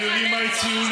זה מה שאתה אומר?